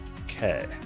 okay